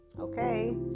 Okay